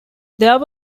there